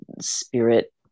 spirit